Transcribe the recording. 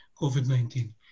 COVID-19